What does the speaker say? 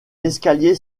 escalier